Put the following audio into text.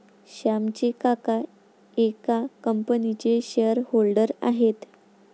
श्यामचे काका एका कंपनीचे शेअर होल्डर आहेत